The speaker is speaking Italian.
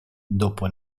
dopo